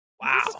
Wow